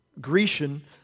Grecian